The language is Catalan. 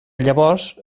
llavors